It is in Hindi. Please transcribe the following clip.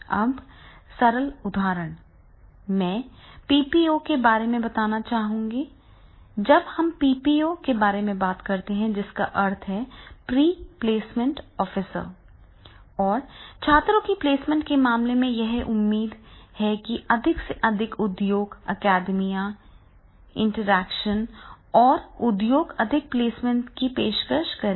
अब सरल उदाहरण मैं पीपीओ के बारे में बताना चाहूंगा जब हम पीपीओ के बारे में बात करते हैं जिसका अर्थ है प्री प्लेसमेंट ऑफर और छात्रों के प्लेसमेंट के मामले में यह उम्मीद है कि अधिक से अधिक उद्योग अकादमियां इंटरैक्शन और उद्योग अधिक प्लेसमेंट की पेशकश करेगा